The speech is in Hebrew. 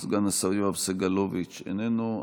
סגן השר יואב סגלוביץ, איננו.